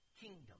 kingdom